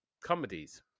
comedies